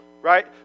right